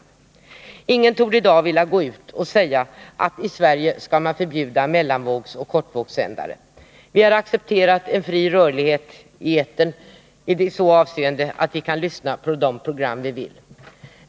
Ingen torde i dag vilja gå ut och säga att i Sverige skall man förbjuda mellanvågsoch kortvågssändare. Vi har accepterat en fri rörlighet i etern i det avseendet att man kan lyssna på de program man vill.